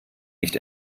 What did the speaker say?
nicht